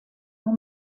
nur